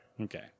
Okay